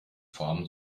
form